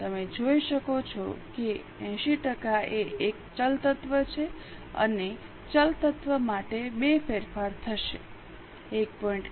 તમે જોઈ શકો છો કે 80 ટકા એ એક ચલ તત્વ છે અને ચલ તત્વ માટે બે ફેરફાર થશે 1